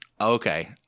Okay